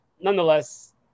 nonetheless